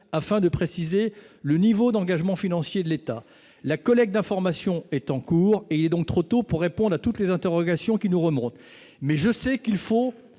afin de préciser le niveau d'engagement financier de l'État, la collecte d'informations est en cours et il est donc trop tôt pour répondre à toutes les interrogations qui nous remontent, mais je sais qu'il faut